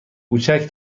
کوچک